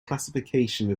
classification